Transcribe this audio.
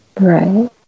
Right